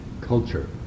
culture